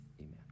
amen